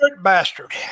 bastard